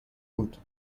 بود